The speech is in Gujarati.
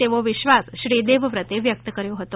તેવો વિશ્વાસ શ્રી દેવવ્રતે વ્યકત કર્યો હતો